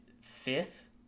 fifth